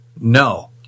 No